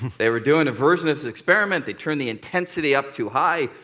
they were doing a version of this experiment, they turned the intensity up too high,